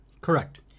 Correct